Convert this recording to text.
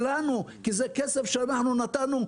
כי זה כסף מיותר שאנחנו נתנו.